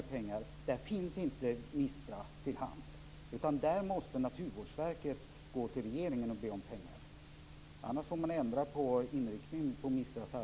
Jag hoppas att det var en felsägning, Per Lager.